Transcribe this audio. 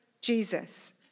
Jesus